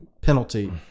penalty